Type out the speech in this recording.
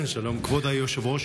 שלום, כבוד היושב-ראש.